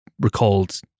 recalled